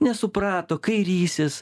nesuprato kairysis